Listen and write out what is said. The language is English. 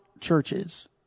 churches